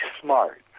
smart